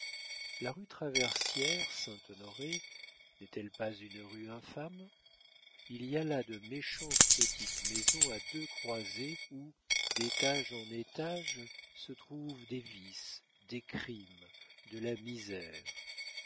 la rue traversière saint honoré n'est-elle pas une rue infâme il y a là de méchantes petites maisons à deux croisées où d'étage en étage se trouvent des vices des crimes de la misère